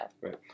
Right